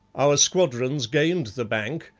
our squadrons gained the bank,